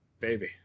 baby